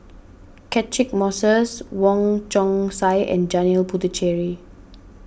Catchick Moses Wong Chong Sai and Janil Puthucheary